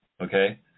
okay